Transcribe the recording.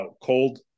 cold